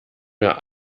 mir